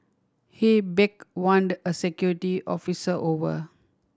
he a security officer over